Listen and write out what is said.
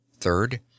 third